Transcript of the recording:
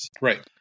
right